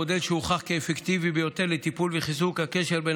מודל שהוכח כאפקטיבי ביותר לטיפול ולחיזוק הקשר בין